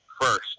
first